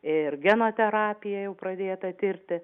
ir geno terapija jau pradėta tirti